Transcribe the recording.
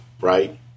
right